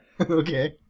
okay